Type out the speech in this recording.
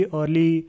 early